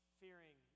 fearing